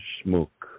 smoke